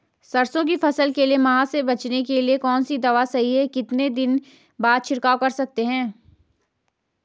सरसों की फसल के लिए माह से बचने के लिए कौन सी दवा सही है कितने दिन बाद छिड़काव कर सकते हैं?